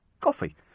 Coffee